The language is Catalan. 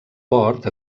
port